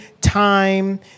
time